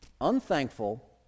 unthankful